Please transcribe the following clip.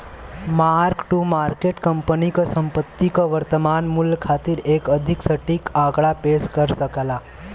mark to market company क संपत्ति क वर्तमान मूल्य खातिर एक अधिक सटीक आंकड़ा पेश कर सकला